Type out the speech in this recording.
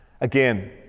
Again